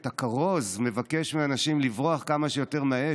את הכרוז מבקש מאנשים לברוח כמה שיותר מהאש,